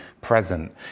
present